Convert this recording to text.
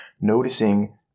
noticing